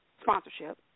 sponsorship